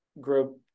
group